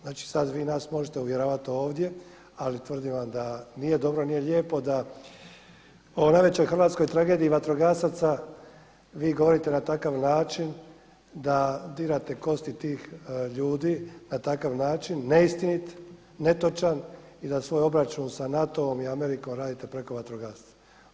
Znači sada vi nas možete uvjeravati ovdje, ali tvrdim vam da nije dobro, nije lijepo da o najvećoj hrvatskoj tragediji vatrogasaca vi govorite na takav način da dirate kosti tih ljudi na takav način, neistinit, netočan i da svoj obračun sa NATO-om i Amerikom radite preko vatrogasaca.